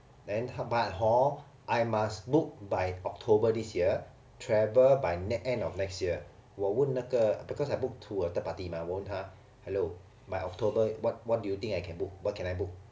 then 他 but hor I must book by october this year travel by end of next year 我问那个 because I book through a third party mah 我问他 hello my october what what do you think I can book what can I book